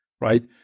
right